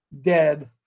dead